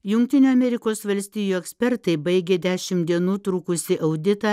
jungtinių amerikos valstijų ekspertai baigė dešimt dienų trukusį auditą